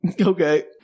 okay